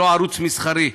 ולא ערוץ מסחרי.